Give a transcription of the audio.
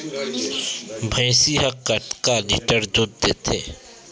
भंइसी हा कतका लीटर दूध देथे?